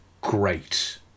great